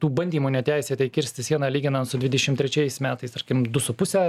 tų bandymų neteisėtai kirsti sieną lyginant su dvidešim trečiais metais tarkim du su puse